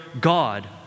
God